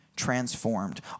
transformed